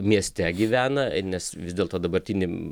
mieste gyvena nes vis dėlto dabartinėm